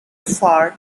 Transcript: far